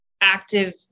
active